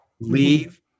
Leave